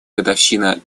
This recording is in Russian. годовщина